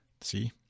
see